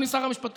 אדוני שר המשפטים,